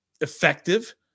effective